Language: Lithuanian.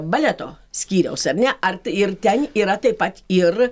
baleto skyriaus ar ne ar tai ir ten yra taip pat ir